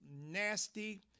nasty